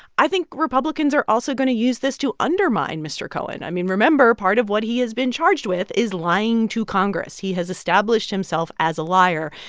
i think republicans are also going to use this to undermine mr. cohen i mean, remember, part of what he has been charged with is lying to congress. he has established himself as a liar.